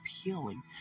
appealing